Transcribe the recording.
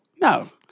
No